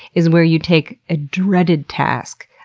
is where you take a dreaded task,